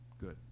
Good